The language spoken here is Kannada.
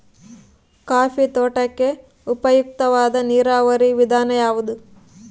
ಕಾಫಿ ತೋಟಕ್ಕೆ ಉಪಯುಕ್ತವಾದ ನೇರಾವರಿ ವಿಧಾನ ಯಾವುದು?